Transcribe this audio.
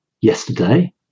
yesterday